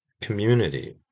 Community